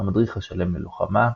"המדריך השלם ללוחמה",